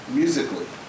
musically